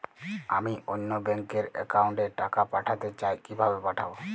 আমি অন্য ব্যাংক র অ্যাকাউন্ট এ টাকা পাঠাতে চাই কিভাবে পাঠাবো?